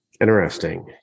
Interesting